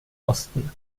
osten